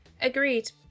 Agreed